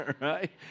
right